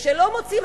וכשלא מוצאים,